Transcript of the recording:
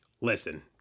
Listen